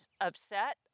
upset